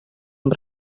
amb